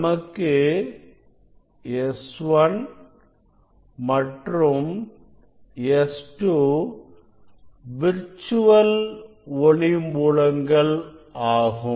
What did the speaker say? நமக்கு S1 மற்றும் S2 virtual ஒளி மூலங்கள் ஆகும்